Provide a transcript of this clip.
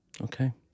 Okay